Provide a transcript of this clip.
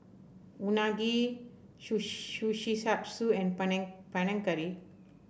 Unagi Kushikatsu and Panang Curry